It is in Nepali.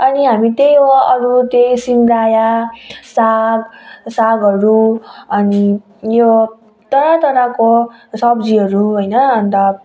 अनि हामी त्यही हो अरू त्यही सिँगा वा साग सागहरू अनि यो टाढा टाढाको सब्जीहरू होइन अन्त